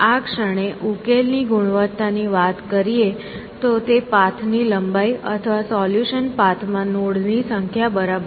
આ ક્ષણે ઉકેલની ગુણવત્તા ની વાત કરીએ તો તે પાથ ની લંબાઈ અથવા સોલ્યુશન પાથ માં નોડ ની સંખ્યા બરાબર છે